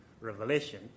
Revelation